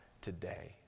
today